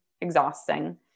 exhausting